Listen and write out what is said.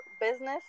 business